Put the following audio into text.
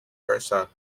versa